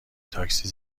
تاکسی